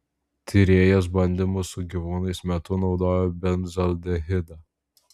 tyrėjas bandymų su gyvūnais metu naudojo benzaldehidą